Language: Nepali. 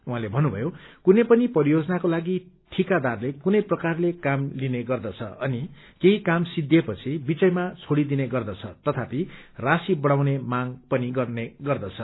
उझैंले भन्नुथयो कुनै पनि परियाजनाको लागि ठिकादारले कुनै प्रकारले काम लिने गर्दछ अनि केही काम सिद्धिएपछि बीचैमा छोड़ीदिने गर्दछ तथापि राशी बढ़ाउने मांग गर्ने गर्दछ